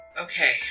okay